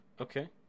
Okay